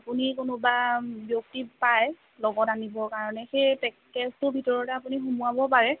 আপুনি কোনোবা ব্যক্তি পায় লগত আনিবৰ কাৰণে সেই পেকেজটোৰ ভিতৰতে আপুনি সোমোওৱাব পাৰে